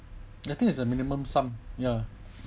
I think it's a minimum sum ya